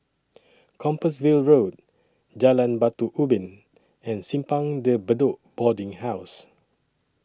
Compassvale Road Jalan Batu Ubin and Simpang De Bedok Boarding House